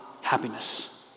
happiness